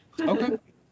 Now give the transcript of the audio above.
Okay